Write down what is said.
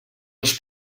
els